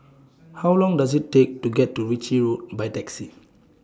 How Long Does IT Take to get to Ritchie Road By Taxi